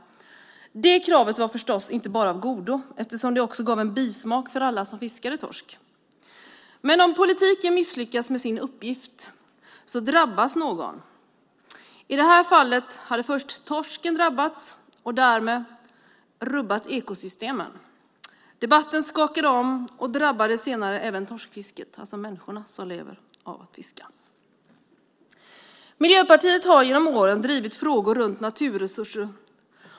Det kravet var förstås inte bara av godo. Det gav en bismak för alla som fiskade torsk. Men om politiken misslyckas med sin uppgift drabbas någon. I det här fallet har först torsken drabbats och därmed rubbat ekosystemen. Debatten skakade om och drabbade senare även torskfisket, det vill säga människorna som lever av att fiska. Miljöpartiet har genom åren drivit frågor om naturresurser.